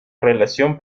relación